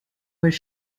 was